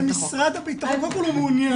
משרד הבטחון, קודם כל הוא מעוניין.